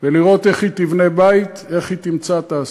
ולראות איך היא תבנה בית, איך היא תמצא תעסוקה.